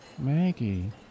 Maggie